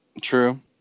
True